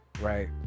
right